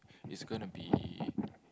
is gonna be